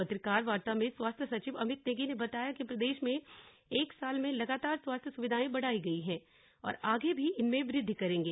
पत्रकार वार्ता में स्वास्थ्य सचिव अमित नेगी ने बताया कि प्रदेश में एक साल में लगातार स्वास्थ्य सुविधाएं बढ़ाई गई हैं और आगे भी इनमें वृद्धि करेंगे